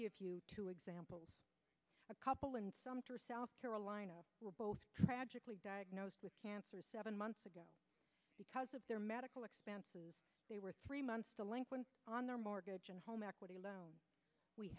give you two examples a couple in sumter south carolina who are both tragically diagnosed with cancer seven months ago because of their medical expenses they were three months to link on their mortgage and home equity loan we